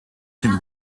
can